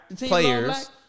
players